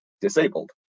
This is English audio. disabled